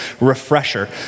refresher